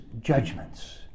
judgments